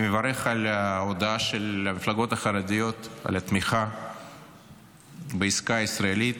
אני מברך על ההודעה של המפלגות החרדיות על התמיכה בעסקה ישראלית,